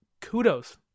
kudos